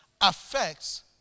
affects